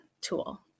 tool